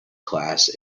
class